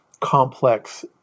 complex